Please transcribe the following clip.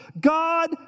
God